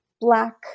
Black